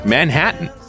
Manhattan